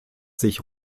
sich